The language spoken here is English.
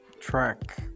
Track